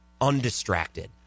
undistracted